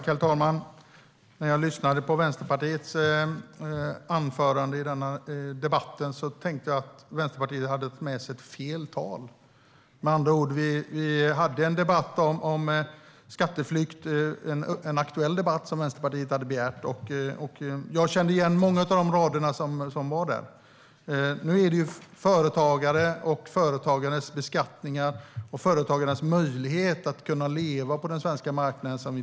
Herr talman! När jag lyssnade på anförandet från Vänsterpartiet i denna debatt tänkte jag att det var fel tal som hölls. Vi hade en aktuell debatt om skatteflykt som Vänsterpartiet hade begärt, och jag kände igen mycket av det som sas i den debatten. Nu diskuterar vi beskattning av företag och företagare och företagarnas möjligheter att leva på den svenska marknaden.